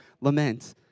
lament